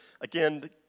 Again